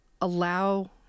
allow